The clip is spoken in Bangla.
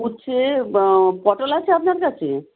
উচ্ছে পটল আছে আপনার কাছে